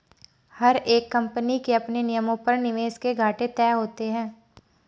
हर एक कम्पनी के अपने नियमों पर निवेश के घाटे तय होते हैं